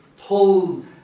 pull